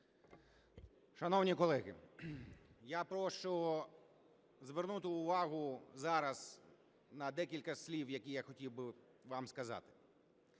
Шановні колеги, я прошу звернути увагу зараз на декілька слів, які я хотів би вам сказати.